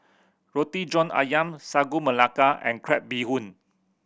Roti John Ayam Sagu Melaka and crab bee hoon